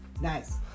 Nice